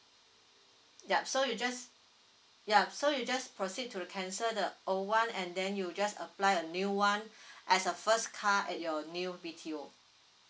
yup so you just ya so you just proceed to cancel the old one and then you just apply a new one as a first car at your new B_T_O